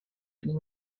and